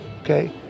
okay